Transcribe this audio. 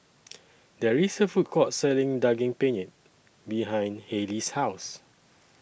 There IS A Food Court Selling Daging Penyet behind Hailee's House